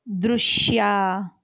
ದೃಶ್ಯ